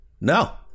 No